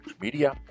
Media